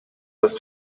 was